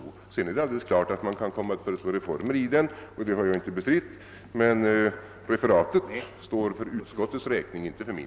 Sedan är det klart att man kan komma att föreslå reformer, vilket jag heller inte bestritt. Men referatet står för utskottets räkning, inte för min.